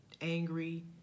angry